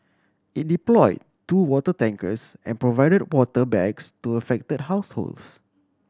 it deployed two water tankers and provided water bags to affected households